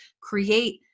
create